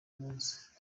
munsi